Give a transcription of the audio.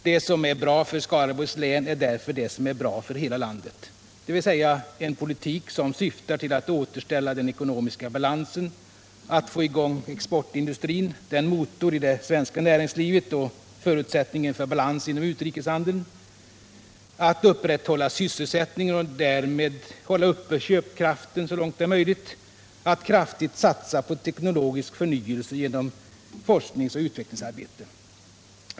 Det som är bra för Skaraborgs län är därför det som är bra för hela landet, dvs. en politik som syftar till att återställa den ekonomiska balansen, att få i gång exportindustrin — motorn i det svenska näringslivet och förutsättningen för balans inom utrikeshandeln —, att upprätthålla sysselsättningen och därmed köpkraften så långt det är möjligt och att kraftigt satsa på teknologisk förnyelse genom forskningsoch utvecklingsarbete.